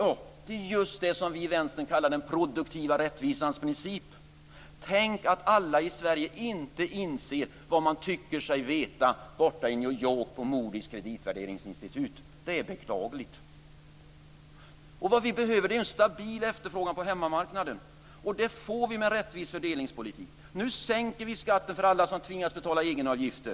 Det är just detta som vi i Vänstern kallar för den produktiva rättvisans princip. Tänk, att alla i Sverige inte inser vad man tycker sig veta borta i New York på Moodys kreditvärderingsinstitut! Det är beklagligt. Vad vi behöver är en stabil efterfrågan på hemmamarknaden, och det får vi med en rättvis fördelningspolitik. Nu sänks skatten för alla som tvingas att betala egenavgifter.